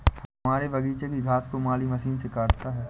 हमारे बगीचे की घास को माली मशीन से काटता है